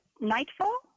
nightfall